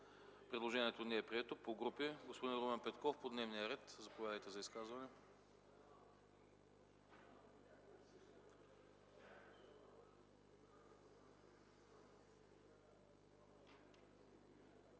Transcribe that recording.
Предложението не е прието. Господин Румен Петков – по дневния ред. Заповядайте за изказване.